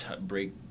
break